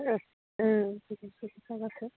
औ ओं फैसा थाखा थाबासो